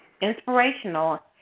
inspirational